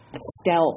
stealth